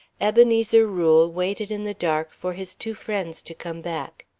ebenezer rule waited in the dark for his two friends to come back.